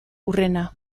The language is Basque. hurrena